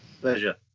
Pleasure